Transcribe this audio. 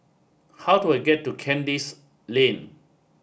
how do I get to Kandis Lane